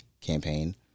campaign